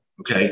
Okay